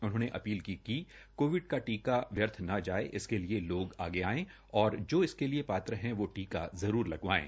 उन्होंने अपील की कि कोविड का टीका व्यर्थ ने जाये इसके लिए लोग आगे आये और इसके लिए पात्र है जो टीक जरूर लगवायें